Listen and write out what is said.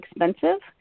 expensive